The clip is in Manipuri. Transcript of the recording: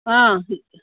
ꯑꯥ